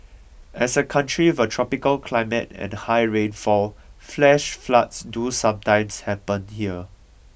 as a country with a tropical climate and high rainfall flash floods do sometimes happen here